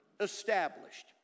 established